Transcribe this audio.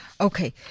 Okay